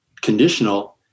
conditional